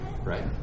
Right